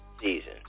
season